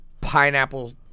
pineapple